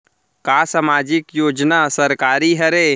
का सामाजिक योजना सरकारी हरे?